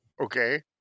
Okay